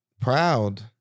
Proud